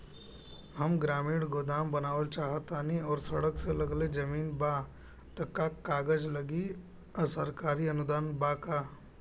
हम ग्रामीण गोदाम बनावल चाहतानी और सड़क से लगले जमीन बा त का कागज लागी आ सरकारी अनुदान बा का?